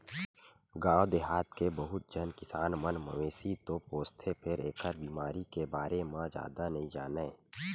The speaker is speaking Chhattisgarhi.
गाँव देहाथ के बहुत झन किसान मन मवेशी तो पोसथे फेर एखर बेमारी के बारे म जादा नइ जानय